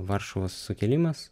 varšuvos sukilimas